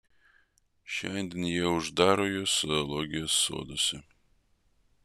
šiandien jie uždaro juos zoologijos soduose